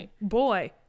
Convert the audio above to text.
boy